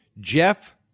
Jeff